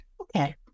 Okay